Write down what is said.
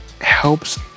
helps